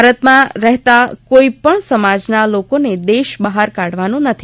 ભારતમાં રહેતા કોઈ પણ સમાજના લોકોને દેશ બહાર કાઢવાનો નથી